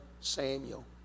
Samuel